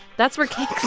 that's where cake.